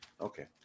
Okay